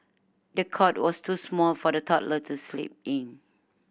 the cot was too small for the toddler to sleep in